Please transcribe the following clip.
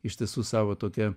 iš tiesų savo tokia